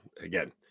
Again